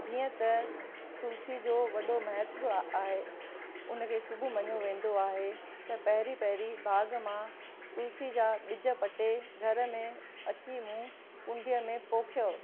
जीअं त तुलसी जो वॾो महत्व आहे उन खे शुभ मञियो वेंंदो आहे त पहिरीं पहिरीं बाग़ मां तुलसी जा ॿिज पटे घर में अची मूं कुंडीअ में पोखियो